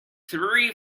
three